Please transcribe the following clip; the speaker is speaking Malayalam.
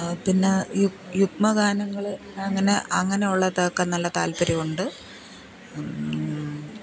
പിന്നെ യു യുഗ്മഗാനങ്ങൾ അങ്ങനെ അങ്ങനെയുള്ളതൊക്കെ നല്ല താൽപ്പര്യമുണ്ട്